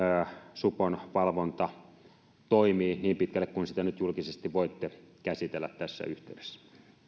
supon valvonta toimii niin pitkälle kuin sitä nyt julkisesti voitte käsitellä tässä yhteydessä